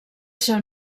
seu